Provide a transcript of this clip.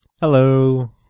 Hello